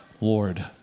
Lord